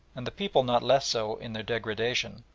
and the people not less so in their degradation,